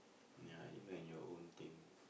yeah you and your own thing